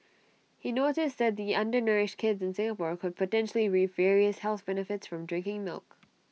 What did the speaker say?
he noticed that the undernourished kids in Singapore could potentially reap various health benefits from drinking milk